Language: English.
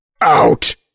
Out